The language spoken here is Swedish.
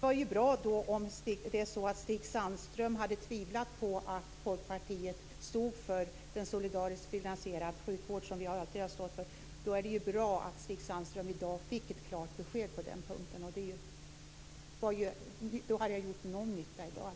Fru talman! Om Stig Sandström har tvivlat på att Folkpartiet står för den solidariskt finansierade sjukvård som vi alltid har stått för är det bra att han i dag fick ett klart besked på den punkten. Då har jag gjort någon nytta i dag.